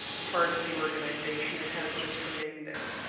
part of the organization. it has just remained there.